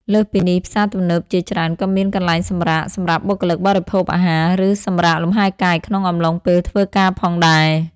លើសពីនេះ ផ្សារទំនើបជាច្រើនក៏មានកន្លែងសម្រាក សម្រាប់បុគ្គលិកបរិភោគអាហារ ឬសម្រាកលំហែកាយក្នុងអំឡុងពេលធ្វើការផងដែរ។